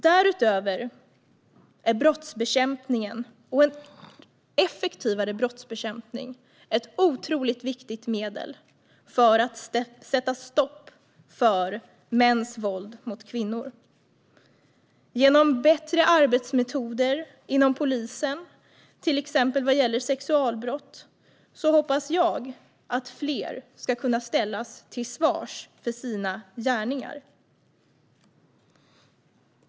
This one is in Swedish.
Därutöver är en effektivare brottsbekämpning ett otroligt viktigt medel för att sätta stopp för mäns våld mot kvinnor. Genom bättre arbetsmetoder inom polisen, till exempel vad gäller sexualbrott, hoppas jag att fler ska kunna ställas till svars för sina gärningar.